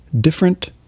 different